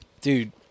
Dude